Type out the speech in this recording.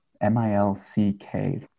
M-I-L-C-K